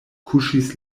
kuŝis